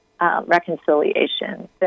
reconciliation